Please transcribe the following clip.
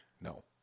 No